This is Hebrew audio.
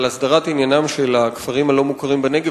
הסדרת עניינם של הכפרים הלא-מוכרים בנגב.